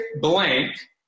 blank